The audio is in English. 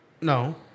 No